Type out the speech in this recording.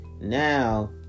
now